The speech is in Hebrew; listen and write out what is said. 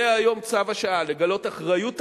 זה היום צו השעה, לגלות אחריות תקציבית,